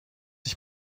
ich